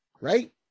right